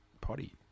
potty